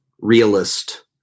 realist